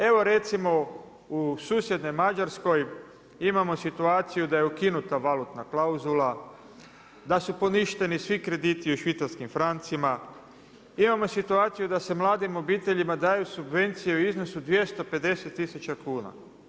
Evo recimo u susjednoj Mađarskoj imamo situaciju da je ukinuta valutna klauzula, da su poništeni svi krediti u švicarskim francima, imamo situaciju da se mladim obiteljima daju subvencije u iznosu 250000 kuna.